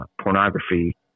pornography